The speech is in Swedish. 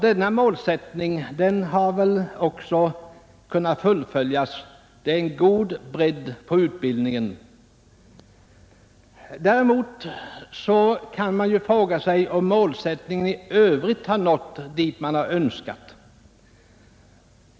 Denna målsättning har väl också kunnat fullföljas. Det är en god bredd på utbildningen. Däremot kan man fråga sig om målsättningen i övrigt har nått dit man har önskat.